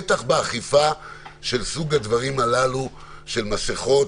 בטח באכיפה של סוג הדברים הללו של מסכות